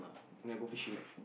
never go fishing ah